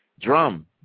Drum